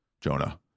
jonah